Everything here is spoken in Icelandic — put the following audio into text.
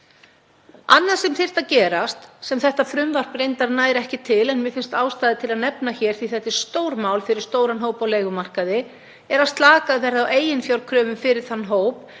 Annað sem þyrfti að gerast, sem þetta frumvarp nær reyndar ekki til en mér finnst ástæða til að nefna hér því að það er stórmál fyrir stóran hóp á leigumarkaði, er að slakað yrði á eiginfjárkröfum fyrir þann hóp